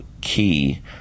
key